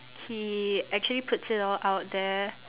he actually puts it all out there